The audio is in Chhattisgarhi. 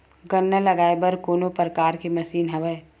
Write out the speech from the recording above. गन्ना लगाये बर का कोनो प्रकार के मशीन हवय?